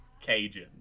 Cajun